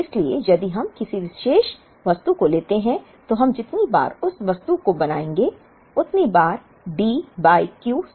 इसलिए यदि हम किसी विशेष वस्तु को लेते हैं तो हम जितनी बार उस वस्तु को बनायेंगे उतनी बार D बाय Q से